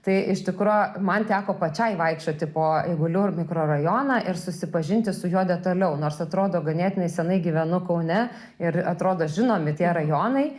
tai iš tikro man teko pačiai vaikščioti po eigulių mikrorajoną ir susipažinti su juo detaliau nors atrodo ganėtinai senai gyvenu kaune ir atrodo žinomi tie rajonai